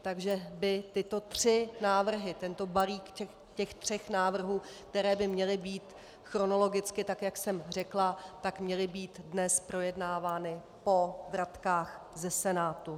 Takže by tyto tři návrhy, tento balík tří návrhů, které by měly být chronologicky, tak jak jsem řekla, tak měly být dnes projednávány po vratkách ze Senátu.